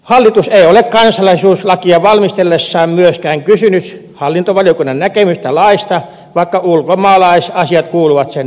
hallitus ei ole kansalaisuuslakia valmistellessaan myöskään kysynyt hallintovaliokunnan näkemystä laista vaikka ulkomaalaisasiat kuuluvat sen toimialaan